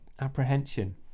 apprehension